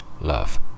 Love